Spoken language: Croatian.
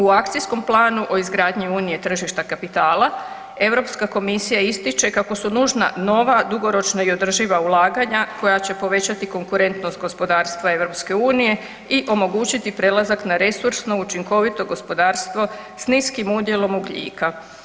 U akcijskom planu, o izgradnji unije tržišta kapitala, EU komisija ističe kako su nužna nova dugoročna i održiva ulaganja koja će povećati konkurentnost gospodarstva EU i omogućiti prelazak na resursno učinkovito gospodarstvo s niskim udjelom ugljika.